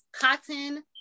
cotton